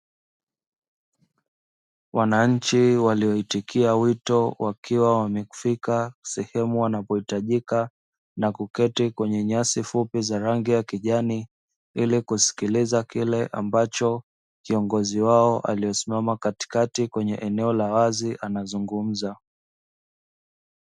Wananchi walioitikia wito wakiwa wamefika sehemu wanapohitajika na kuketi kwenye nyasi fupi za rangi ya kijani, ili kusikiliza kile ambacho kiongozi wao aliosimama katikati kwenye eneo la wazi anazungumza.